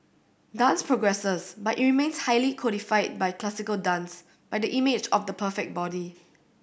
dance progresses but it remains highly codified by classical dance by the image of the perfect body